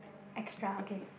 extra okay